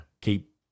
keep